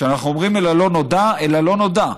כשאנחנו אומרים אל הלא-נודע, אל הלא-נודע.